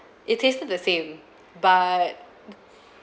it tasted the same but